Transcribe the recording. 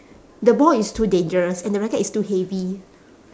the ball is too dangerous and the racket is too heavy